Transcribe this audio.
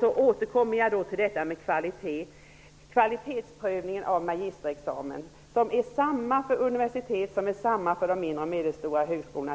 Så återkommer jag till detta med kvalitetsprövningen av magisterexamen, som är densamma för universitet som för de mindre och medelstora högskolorna.